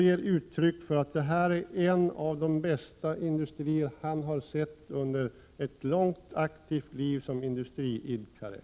Han sade att den var en av de bästa industrier han har sett under ett långt, aktivt liv som industriidkare.